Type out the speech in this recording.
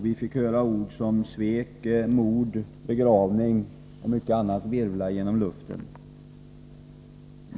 Vi fick höra ord som svek, mord, begravning och mycket annat virvla genom luften.